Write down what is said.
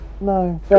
No